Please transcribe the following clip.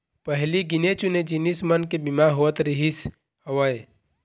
पहिली गिने चुने जिनिस मन के बीमा होवत रिहिस हवय